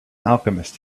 alchemist